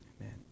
Amen